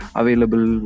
available